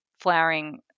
flowering